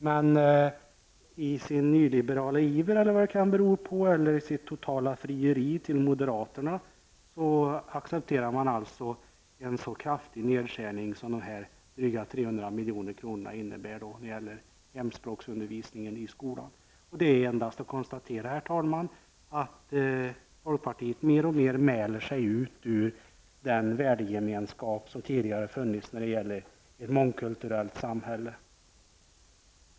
Men i sin nyliberala iver eller om det är i ivern att fria till moderaterna accepterar folkpartiet alltså en så kraftig nedskärning av hemspråksundervisningen i skolan som de dryga 300 miljonerna innebär. Det är endast att konstatera, herr talman, att folkpartiet mer och mer mäler sig ut ur den värdegemenskap som tidigare funnits när det gäller ett mångkulturellt samhälle.